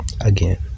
again